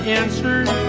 answered